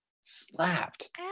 slapped